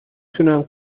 تونم